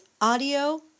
audio